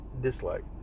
dislike